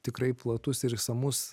tikrai platus ir išsamus